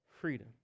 freedom